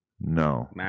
No